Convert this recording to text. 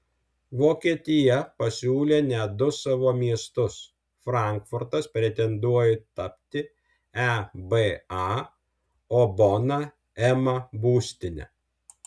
vokietija pasiūlė net du savo miestus frankfurtas pretenduoja tapti eba o bona ema būstine